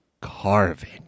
carving